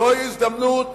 זוהי הזדמנות,